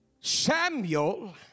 Samuel